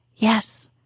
Yes